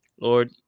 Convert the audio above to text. Lord